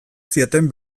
zieten